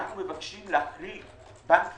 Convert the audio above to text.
אנחנו מבקשים להחריג בנק חברתי,